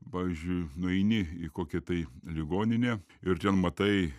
pavyzdžiui nueini į kokią tai ligoninę ir ten matai